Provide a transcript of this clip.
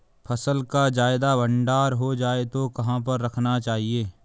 फसल का ज्यादा भंडारण हो जाए तो कहाँ पर रखना चाहिए?